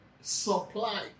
supply